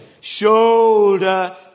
shoulder